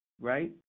right